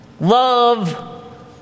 love